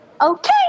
Okay